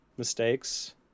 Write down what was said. mistakes